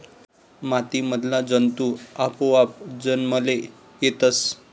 माती मधला जंतु आपोआप जन्मले येतस